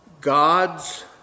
God's